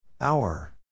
Hour